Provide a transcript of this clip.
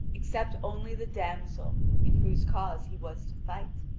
except only the damsel in whose cause he was to fight.